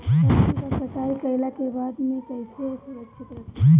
सब्जी क कटाई कईला के बाद में कईसे सुरक्षित रखीं?